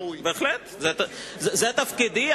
זה תפקידי,